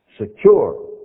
secure